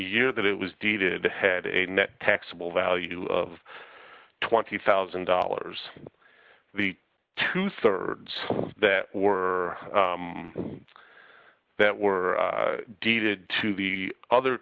year that it was dated had a net taxable value of twenty thousand dollars the two thirds that were that were devoted to the other